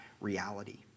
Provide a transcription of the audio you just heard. reality